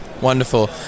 Wonderful